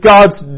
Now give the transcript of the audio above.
God's